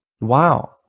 Wow